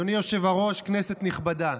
אדוני היושב-ראש, כנסת נכבדה,